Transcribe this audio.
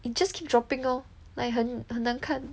it just keep dropping lor like 很很难看